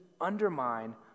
undermine